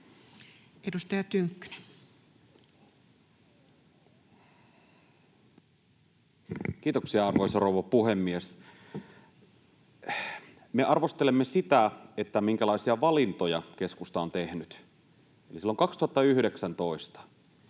19:26 Content: Kiitoksia, arvoisa rouva puhemies! Me arvostelemme sitä, minkälaisia valintoja keskusta on tehnyt. Eli silloin 2019